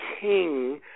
king